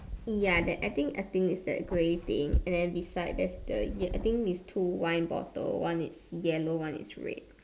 ya that I think I think is the grey thing and then beside there's the yel I think is two wine bottles one is yellow one is red